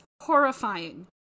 horrifying